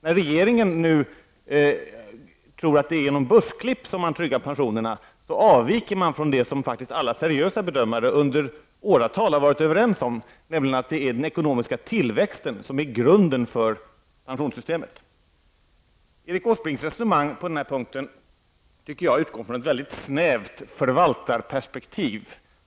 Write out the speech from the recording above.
När regeringen nu tror att det är genom börsklipp som man tryggar pensionerna, då avviker man från det som faktiskt alla seriösa bedömare under åratal har varit överens om, nämligen att den ekonomiska tillväxten är grunden för pensionssystemet. Erik Åsbrinks resonemang på den här punkten tycker jag utgår från ett mycket snävt förvaltarperspektiv.